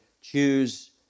choose